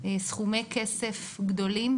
סכומי כסף גדולים,